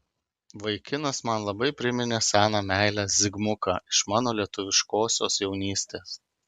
vaikinas man labai priminė seną meilę zigmuką iš mano lietuviškosios jaunystės